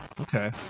Okay